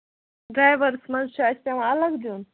ڈرٛیوَرَس ما چھُ پٮ۪وان اَسہِ اَلگ دیُن